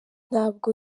ntabwo